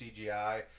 CGI